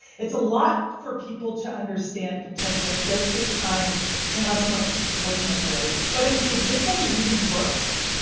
it's a lot for people to understand. potentially it does take time to have someone explain anyway. but if you could get them reading books,